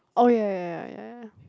oh ya ya ya ya ya